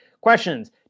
Questions